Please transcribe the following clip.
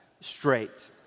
straight